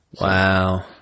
Wow